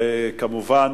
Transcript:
וכמובן,